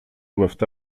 doivent